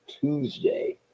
tuesday